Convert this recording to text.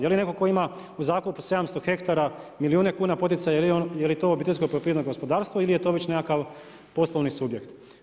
Je li netko tko ima u zakupu 700 hektara milijune kuna poticaja, je li to obiteljsko poljoprivredno gospodarstvo ili je to već nekakav poslovni subjekt?